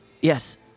Yes